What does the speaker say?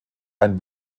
ein